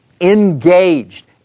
engaged